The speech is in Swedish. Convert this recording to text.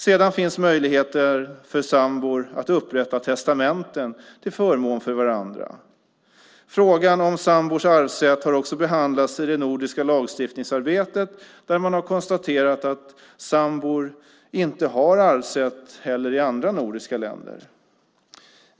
Sedan finns möjligheter för sambor att upprätta testamenten till förmån för varandra. Frågan om sambors arvsrätt har också behandlats i det nordiska lagstiftningsarbetet, där man har konstaterat att sambor inte har arvsrätt heller i andra nordiska länder.